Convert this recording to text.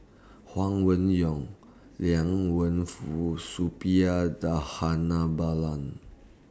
Huang Wenhong Liang Wenfu Suppiah Dhanabalan